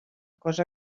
cosa